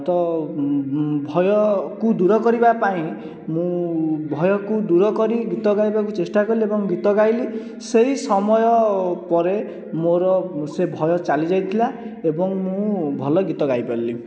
ତ ଭୟକୁ ଦୂର କରିବା ପାଇଁ ମୁଁ ଭୟକୁ ଦୂର କରି ଗୀତ ଗାଇବାକୁ ଚେଷ୍ଟା କଲି ଏବଂ ଗୀତ ଗାଇଲି ସେହି ସମୟ ପରେ ମୋର ସେ ଭୟ ଚାଲି ଯାଇଥିଲା ଏବଂ ମୁଁ ଭଲ ଗୀତ ଗାଇ ପାରିଲି